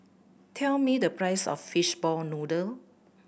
tell me the price of fishball noodle